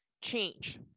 change